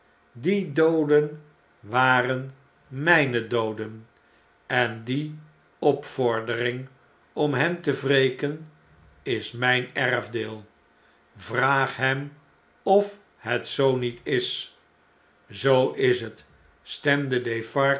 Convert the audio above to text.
die dooden waren mjjne dooden en die opvordering om hen te wreken is mgn erfdeel vraag hem of het zoo niet is zoo is het stemde